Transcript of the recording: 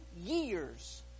years